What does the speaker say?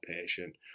patient